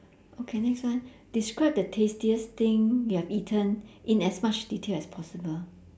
okay next one describe the tastiest thing you have eaten in as much detail as possible